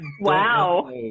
Wow